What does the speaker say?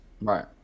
Right